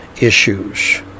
issues